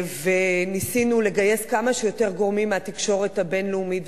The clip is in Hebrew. וניסינו לגייס כמה שיותר גורמים מהתקשורת הבין-לאומית.